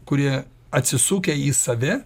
kurie atsisukę į save